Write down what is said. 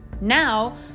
Now